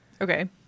Okay